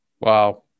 Wow